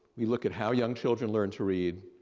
we look at how young children learn to read,